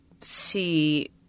see –